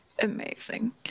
Amazing